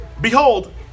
Behold